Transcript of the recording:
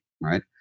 right